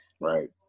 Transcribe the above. right